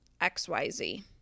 XYZ